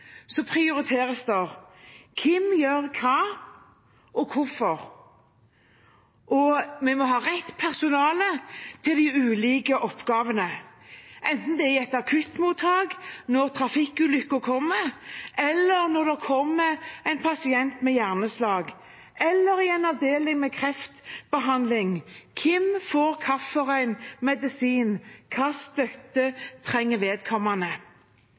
prioriteres det. Hvem gjør hva, og hvorfor? Vi må ha rett personale til de ulike oppgavene, enten det er i et akuttmottak når trafikkulykken kommer, når det kommer en pasient med hjerneslag, eller i en avdeling med kreftbehandling. Hvem får hvilken medisin? Hvilken støtte trenger vedkommende?